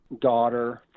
daughter